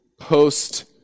post